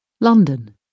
London